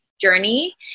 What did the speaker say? journey